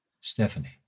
Stephanie